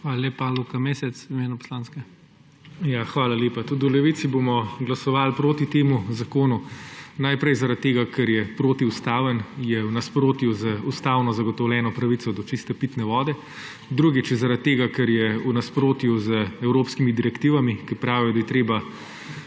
Hvala lepa. Luka Mesec v imenu poslanske. LUKA MESEC (PS Levica): Hvala lepa. Tudi v Levici bomo glasovali proti temu zakonu. Najprej zaradi tega, ker je protiustaven, je v nasprotju z ustavno zagotovljeno pravico do čiste pitne vode. Drugič zaradi tega, ker je v nasprotju z evropskimi direktivami, ki pravijo, da je treba